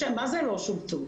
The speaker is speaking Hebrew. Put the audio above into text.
מה זה "לא שובצו"?